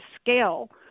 scale